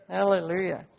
Hallelujah